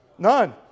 none